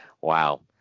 Wow